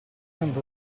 andò